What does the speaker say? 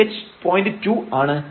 2 ആണ്